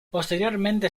posteriormente